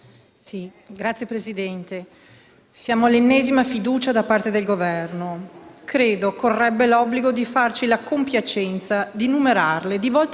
Signor Presidente, che la questione fiscale abbia un ruolo centrale nella vita economica di tutti i Paesi avanzati, e in particolare in Italia, è cosa nota a tutti.